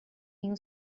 new